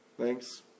thanks